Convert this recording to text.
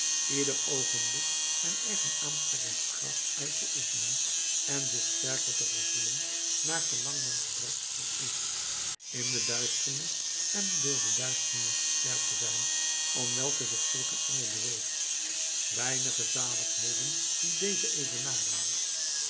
ieder oogenblik zijn eigen aantrekkingskracht uit te oefenen en zich sterker te gevoelen naargelang men gebrekkiger is in de duisternis en door de duisternis de ster te zijn om welke zich zulk een engel beweegt weinige zaligheden die deze evenaren